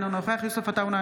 אינו נוכח יוסף עטאונה,